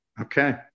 Okay